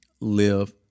live